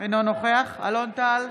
נגד אלון טל,